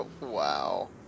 Wow